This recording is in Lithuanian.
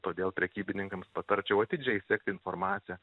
todėl prekybininkams patarčiau atidžiai sekt informaciją